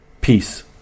peace